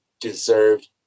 deserved